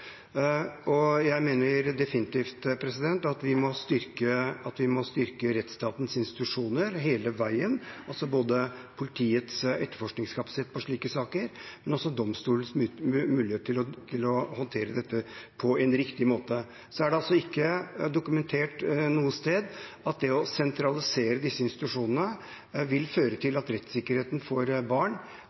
og også vold i nære relasjoner. Jeg mener definitivt at vi må styrke rettsstatens institusjoner hele veien, både politiets etterforskningskapasitet for slike saker og domstolenes mulighet til å håndtere dette på en riktig måte. Det er ikke dokumentert noe sted at det å sentralisere disse institusjonene vil føre til at rettssikkerheten for barn